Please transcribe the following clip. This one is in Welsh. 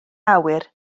awyr